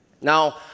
Now